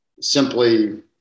simply